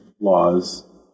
laws